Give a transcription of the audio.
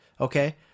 Okay